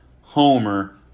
homer